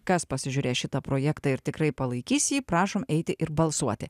kas pasižiūrės šitą projektą ir tikrai palaikys jį prašom eiti ir balsuoti